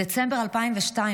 בדצמבר 2002,